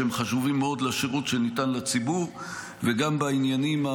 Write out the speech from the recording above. שהם חשובים מאוד לשירות שניתן לציבור וגם בעניינים,